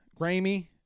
Grammy